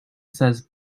says